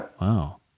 Wow